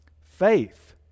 Faith